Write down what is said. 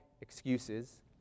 excuses